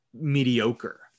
mediocre